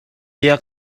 bia